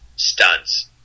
stunts